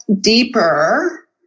deeper